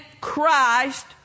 Christ